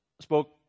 spoke